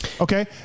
Okay